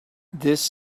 this